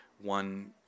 one